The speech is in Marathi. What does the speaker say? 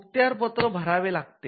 मुखत्यार पत्र भरावे लागते